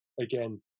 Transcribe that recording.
again